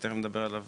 שתכף נדבר עליו